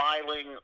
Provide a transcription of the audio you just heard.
smiling